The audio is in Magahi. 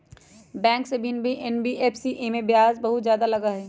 बैंक से भिन्न हई एन.बी.एफ.सी इमे ब्याज बहुत ज्यादा लगहई?